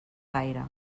gaire